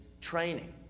training